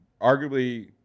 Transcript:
Arguably